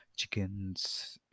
chickens